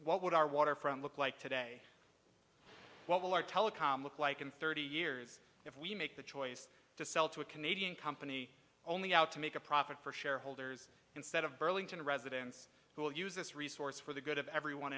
what would our waterfront look like today what will our telecom look like in thirty years if we make the choice to sell to a canadian company only out to make a profit for shareholders instead of burlington residents who will use this resource for the good of everyone